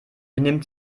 benimmt